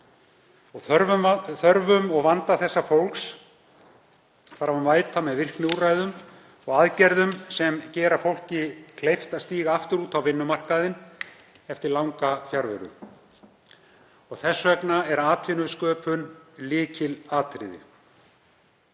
Þörfum og vanda þessa fólks þarf að mæta með virkniúrræðum og aðgerðum sem gera fólki kleift að stíga aftur út á vinnumarkaðinn eftir langa fjarveru. Þess vegna er atvinnusköpun lykilatriði.